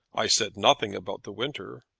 i said nothing about the winter.